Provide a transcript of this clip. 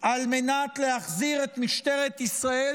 על מנת להחזיר את משטרת ישראל,